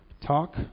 Talk